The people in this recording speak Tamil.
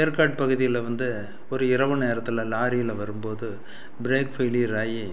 ஏற்காடு பகுதியில் வந்து ஒரு இரவு நேரத்தில் லாரியில் வரும் போது ப்ரேக் ஃபெய்லியர் ஆகி